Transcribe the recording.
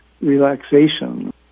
relaxation